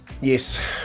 Yes